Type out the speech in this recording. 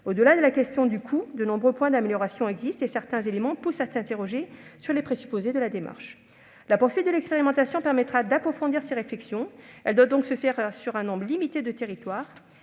Au-delà de la question du coût, de nombreux points d'amélioration existent et certains éléments amènent à s'interroger sur les présupposés de la démarche. La poursuite de l'expérimentation permettra d'approfondir ces réflexions. Elle doit donc concerner un nombre limité de territoires